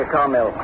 Carmel